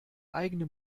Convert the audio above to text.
eigene